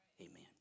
Amen